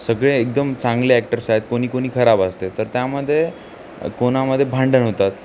सगळे एकदम चांगले ॲक्टर्स आहेत कोणी कोणी खराब असते तर त्यामध्ये कोणामध्ये भांडण होतात